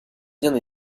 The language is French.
bien